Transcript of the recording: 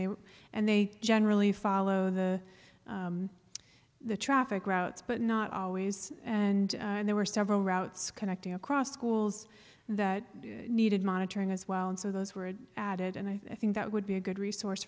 were and they generally follow the the traffic routes but not always and there were several routes connecting across schools that needed monitoring as well and so those were added and i think that would be a good resource